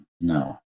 No